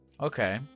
Okay